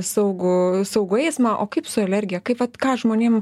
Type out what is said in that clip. saugų saugų eismą o kaip su alergija kaip vat ką žmonėm